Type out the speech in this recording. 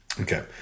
Okay